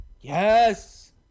Yes